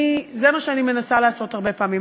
זה מה שאני מנסה לעשות הרבה פעמים,